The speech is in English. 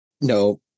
No